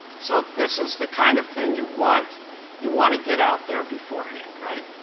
so this is the kind of thing you want you want to get out there beforehand, right?